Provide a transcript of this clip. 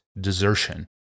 desertion